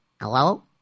Hello